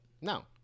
No